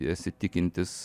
esi tikintis